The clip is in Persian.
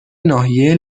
ناحیه